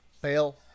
fail